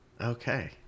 Okay